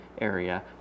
area